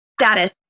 Status